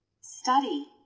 study